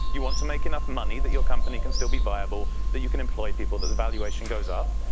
you want to make enough money that your company can still be viable, that you can employ people, that valuation goes up.